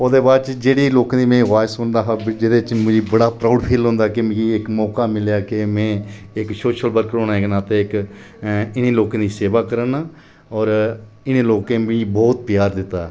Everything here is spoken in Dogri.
ओह्दे बाद च जेह्ड़े लोकें दी में अवाज सुनदा हा जेह्दे च मिगी बड़ा प्राउड फील होंदा कि मिगी इक मौका मिलेआ कि में इक सोशल वर्कर होने दे नाते इक इ'नें लोकें दी सेवा करै ना और इ'नें लोकें मिगी बहुत प्यार दित्ता